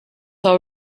all